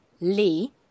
Lee